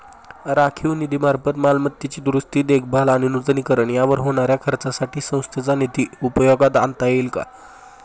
राखीव निधीमार्फत मालमत्तेची दुरुस्ती, देखभाल आणि नूतनीकरण यावर होणाऱ्या खर्चासाठी संस्थेचा निधी उपयोगात आणता येईल का?